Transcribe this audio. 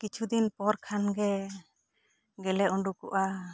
ᱠᱤᱪᱷᱩ ᱫᱤᱱ ᱯᱚᱨ ᱠᱷᱟᱱ ᱜᱮ ᱜᱮᱞᱮ ᱚᱰᱚᱠᱚᱜ ᱟ